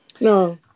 No